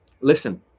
listen